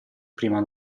prima